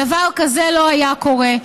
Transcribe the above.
דבר כזה לא היה קורה.